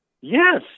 Yes